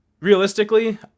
realistically